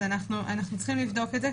אז אנחנו צריכים לבדוק את זה.